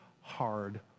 hard